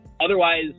otherwise